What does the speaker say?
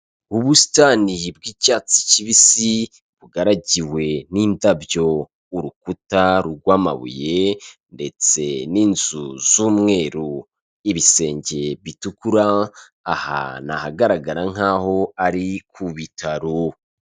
Ubusitani bw'icyatsi kibisi bugaragiwe n'indabyo urukuta rw'amabuye ndetse n'inzu z'umweru, ibisenge bitukura, aha ni ahagaragara nk'aho ari kubitaro.